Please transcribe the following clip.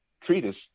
treatise